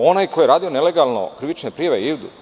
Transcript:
Onaj koji je radio nelegalno, krivične prijave idu.